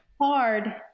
hard